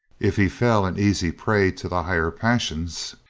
if he fell an easy prey to the higher passions,